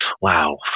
wow